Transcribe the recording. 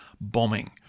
bombing